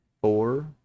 four